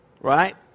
Right